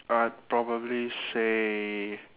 I'd probably say